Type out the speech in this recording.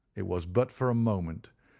it was but for a moment,